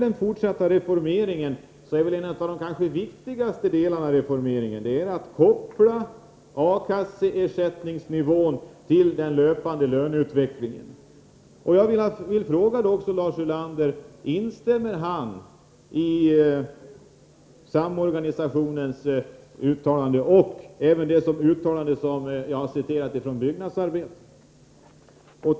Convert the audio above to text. En av de kanske viktigaste delarna av den fortsatta reformeringen är att koppla A-kassornas ersättningsnivå till den löpande löneutvecklingen. Jag vill fråga: Instämmer Lars Ulander i Samorganisationens uttalande och även i det uttalande som jag har citerat ur Byggnadsarbetaren?